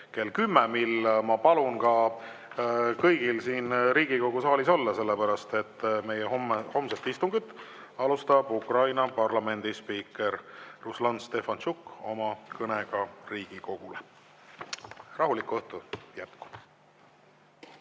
kell 10. Ma palun kõigil siin Riigikogu saalis olla siis, sellepärast et meie homset istungit alustab Ukraina parlamendi spiiker Ruslan Stefantšuk oma kõnega Riigikogule. Rahulikku õhtu jätku!